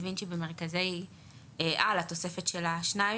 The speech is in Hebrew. וינצ'י במרכזי על התוספת של השניים,